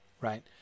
Right